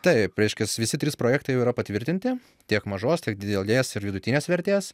taip reiškias visi trys projektai jau yra patvirtinti tiek mažos tiek didelės ir vidutinės vertės